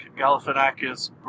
Galifianakis